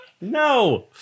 No